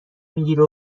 میگیره